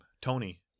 Tony